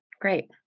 Great